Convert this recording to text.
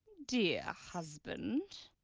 dear husband?